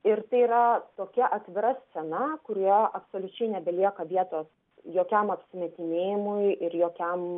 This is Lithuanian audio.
ir tai yra tokia atvira scena kurioje absoliučiai nebelieka vietos jokiam apsimetinėjimui ir jokiam